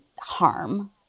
harm